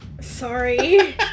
Sorry